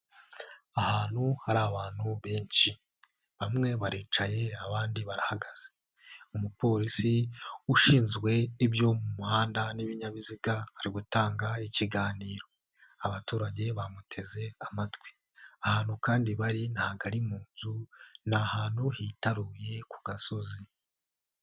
Ahantu hari abantu benshi. Bamwe baricaye abandi barahagaze. Umupolisi ushinzwe ibyo mu muhanda n'ibinyabiziga ari gutanga ikiganiro, abaturage bamuteze amatwi. Ahantu kandi bari ntago ari mu inzu, ni ahantu hitaruye ku gasozi.